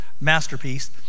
masterpiece